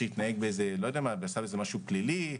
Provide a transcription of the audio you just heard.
שעשה משהו פלילי,